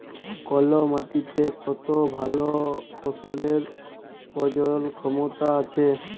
call মাটিতে কত ভাল ফসলের প্রজলল ক্ষমতা আছে